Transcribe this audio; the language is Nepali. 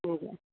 हजुर